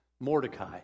Mordecai